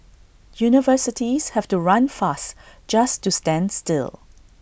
universities have to run fast just to stand still